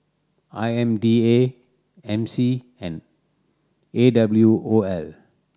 I M D A M C and A W O L